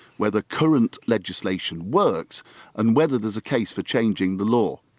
whether current legislation works and whether there's a case for changing the law.